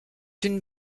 une